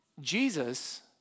Jesus